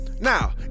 Now